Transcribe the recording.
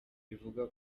bivugwa